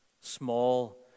small